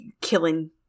killing